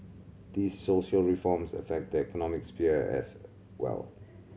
these social reforms affect the economic sphere as well